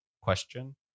question